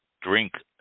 drink